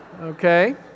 Okay